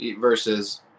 versus